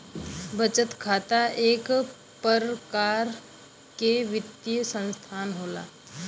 बचत खाता इक परकार के वित्तीय सनसथान होला